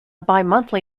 bimonthly